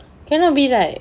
cannot be right